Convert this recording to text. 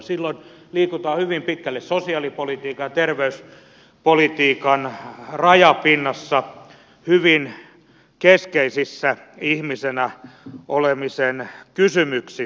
silloin liikutaan hyvin pitkälle sosiaalipolitiikan ja terveyspolitiikan rajapinnassa hyvin keskeisissä ihmisenä olemisen kysymyksissä